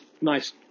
nice